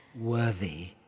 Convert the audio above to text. worthy